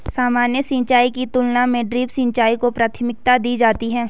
सामान्य सिंचाई की तुलना में ड्रिप सिंचाई को प्राथमिकता दी जाती है